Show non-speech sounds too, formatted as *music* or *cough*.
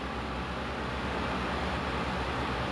*laughs* *noise*